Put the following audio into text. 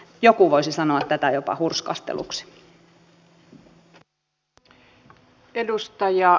joku voisi sanoa tätä jopa hurskasteluksi